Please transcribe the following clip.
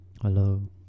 Hello